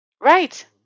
Right